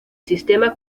sistema